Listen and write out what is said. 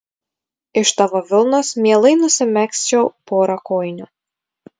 iš tavo vilnos mielai nusimegzčiau porą kojinių